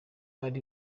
ari